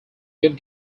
good